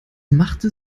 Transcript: machte